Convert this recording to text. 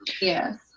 Yes